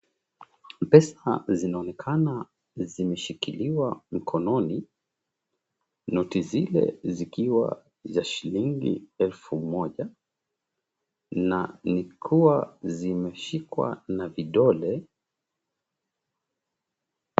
Pesa zinaonekana zimeshikiliwa mkononi. Noti zile zikiwa za shilingi elfu moja, na ni kuwa zimeshikwa na vidole.